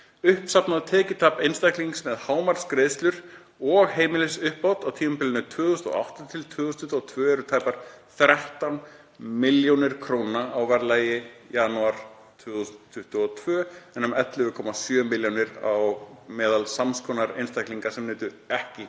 Uppsafnað tekjutap einstaklings með hámarksgreiðslur og heimilisuppbót á tímabilinu 2008 til 2022 er tæpar 13 milljónir króna á verðlagi janúar 2022 en um 11,7 milljónir á meðal samskonar einstaklinga sem nutu ekki